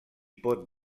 pot